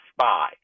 spy